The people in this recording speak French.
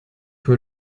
que